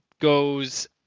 goes